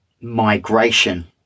migration